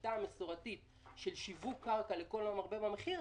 השיטה המסורתית של שיווק קרקע לכל המרבה במחיר,